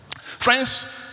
Friends